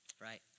right